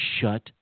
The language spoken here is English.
shut